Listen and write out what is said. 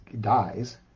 dies